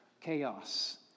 chaos